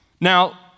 Now